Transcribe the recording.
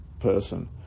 person